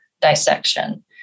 dissection